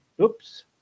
Oops